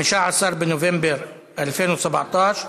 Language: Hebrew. התשע"ח 2017,